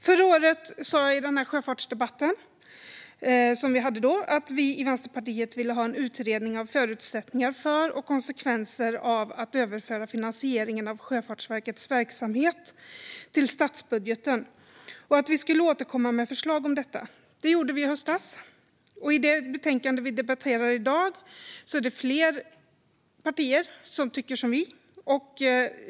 Förra året sa jag i den sjöfartsdebatt vi hade då att vi i Vänsterpartiet ville ha en utredning av förutsättningar för och konsekvenser av att överföra finansieringen av Sjöfartsverkets verksamhet till statsbudgeten och att vi skulle återkomma med förslag om detta. Det gjorde vi i höstas, och i det betänkande vi debatterar i dag är det fler partier som tycker som Vänsterpartiet.